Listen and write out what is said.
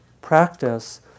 practice